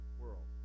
world